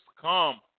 come